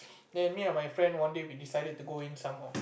then me and my friend one day we decided to go in some more